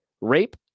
rape